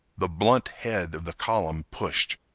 the blunt head of the column pushed.